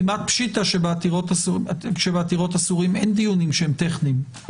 כמעט פשיטתא שבעתירות אסירים אין דיונים שהם טכניים.